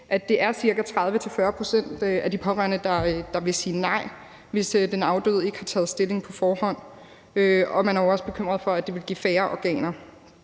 det cirka er 30-40 pct. af de pårørende, der vil sige nej, hvis den afdøde ikke har taget stilling på forhånd. Og man er jo også bekymret for, at det vil give færre organer.